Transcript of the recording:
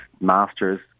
masters